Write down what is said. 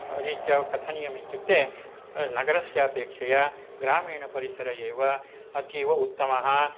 रीत्या कथनीयमित्युक्ते नगरस्यापेक्षया ग्रामीणपरिसरः एव अतीव उत्तमः